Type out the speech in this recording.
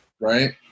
Right